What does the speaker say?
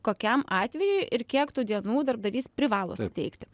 kokiam atvejui ir kiek tų dienų darbdavys privalo suteikti